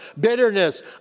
Bitterness